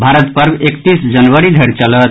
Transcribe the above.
भारत पर्व एकतीस जनवरी धरि चलत